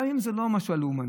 גם אם זה לא משהו לאומני,